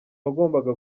wagombaga